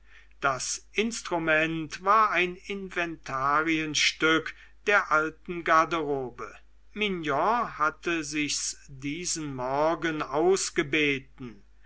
das instrument war ein inventarienstück der alten garderobe mignon hatte sich's diesen morgen ausgebeten